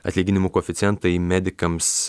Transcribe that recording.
atlyginimų koeficientai medikams